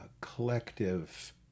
collective